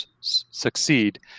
succeed